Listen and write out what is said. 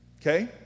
Okay